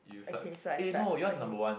okay so I start okay